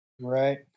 right